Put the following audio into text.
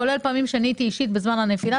כולל פעמים שאני הייתי אישית בזמן הנפילה,